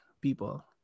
people